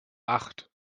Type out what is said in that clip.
acht